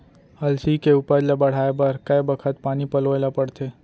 अलसी के उपज ला बढ़ए बर कय बखत पानी पलोय ल पड़थे?